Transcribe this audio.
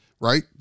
right